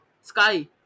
Sky